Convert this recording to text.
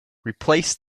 replace